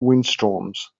windstorms